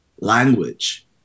language